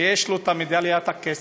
ויש לו מדליית הכסף.